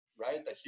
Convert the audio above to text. right